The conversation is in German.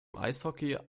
eishockey